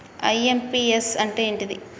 IMPS అంటే ఏంటిది?